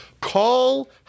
Call